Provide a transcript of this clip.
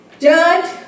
judge